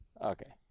Okay